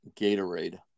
Gatorade